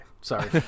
sorry